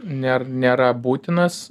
nėr nėra būtinas